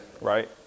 right